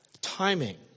Timing